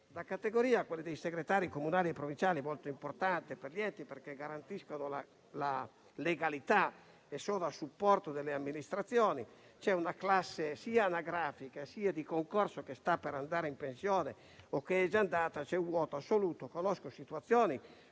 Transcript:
La categoria dei segretari comunali e provinciali è molto importante per gli enti, perché essi garantiscono la legalità e sono a supporto delle amministrazioni. C'è una classe sia anagrafica, sia di concorso, che sta per andare in pensione o che vi è già andata, per cui c'è un vuoto assoluto. Conosco delle situazioni